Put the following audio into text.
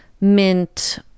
mint